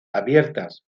abiertas